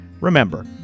Remember